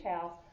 house